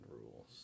rules